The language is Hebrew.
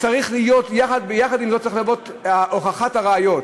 צריך, יחד עם זה צריכה לבוא הוכחה, ראיות.